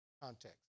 Context